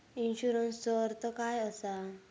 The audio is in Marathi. इन्शुरन्सचो अर्थ काय असा?